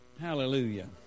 Hallelujah